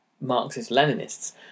Marxist-Leninists